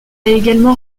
également